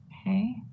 Okay